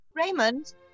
Raymond